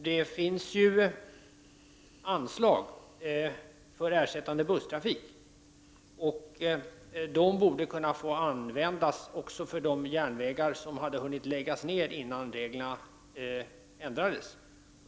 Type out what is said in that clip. Det finns ju anslag för ersättande busstrafik, och de borde kunna utnyttjas också för de järnvägar som man hann lägga ned innan reglerna ändrades.